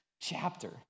chapter